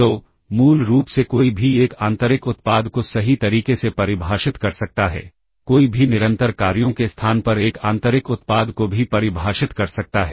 तो मूल रूप से कोई भी एक आंतरिक उत्पाद को सही तरीके से परिभाषित कर सकता है कोई भी निरंतर कार्यों के स्थान पर एक आंतरिक उत्पाद को भी परिभाषित कर सकता है